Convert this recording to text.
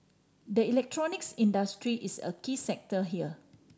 the electronics industry is a key sector here